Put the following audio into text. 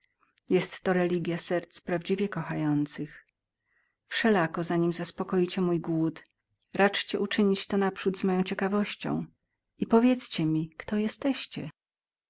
wierności jestto religija serc prawdziwie kochających wszelako zanim zaspokoicie mój głód raczcie uczynić to naprzód z moją ciekawością i powiedzcie mi kto jesteście